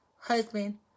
husband